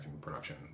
production